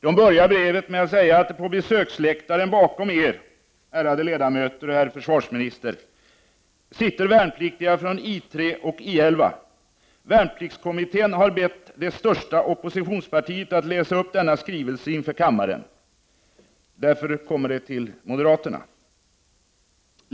De börjar brevet med att säga: ”På besöksläktaren bakom er” — ärade ledamöter och herr försvarsminister — ”sitter värnpliktiga från I3 och I 11. Värnpliktskommittén har bett det största oppositionspartiet att läsa upp denna skrivelse.” Därför kommer det till moderaterna.